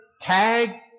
tag